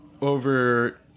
over